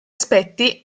aspetti